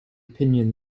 opinion